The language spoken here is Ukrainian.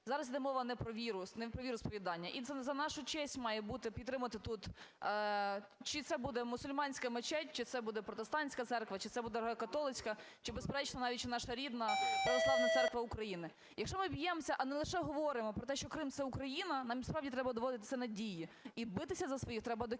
зараз йде мова не про віру, не про віросповідання, і це не за нашу честь має бути, підтримати тут, чи це буде мусульманська мечеть, чи це буде протестантська церква, чи це буде греко-католицька, чи, безперечно, навіть наша рідна Православна церква України. Якщо ми б'ємося, а не лише говоримо про те, що Крим – це Україна, нам справді треба доводити це на ділі і битися за своїх треба до кінця.